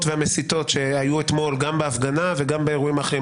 והמסיתות שהיו אתמול גם בהפגנה וגם באירועים אחרים.